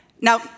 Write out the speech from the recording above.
Now